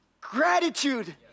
gratitude